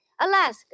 Alaska